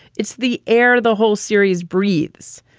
it's the air the whole series breathes.